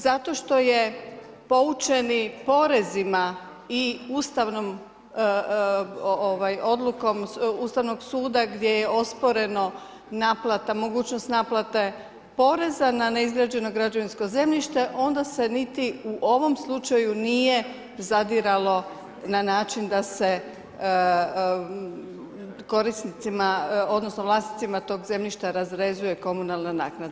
Zato što je poučeni porezima i ustavnom odlukom Ustavnog suda gdje je osporena mogućnost naplate poreza na neizgrađeno građevinsko zemljište, onda se niti u ovom slučaju nije zadiralo na način da se korisnicima, odnosno vlasnicima tog zemljišta razrezuje komunalna naknada.